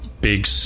big